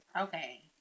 Okay